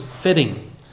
fitting